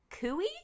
Cooey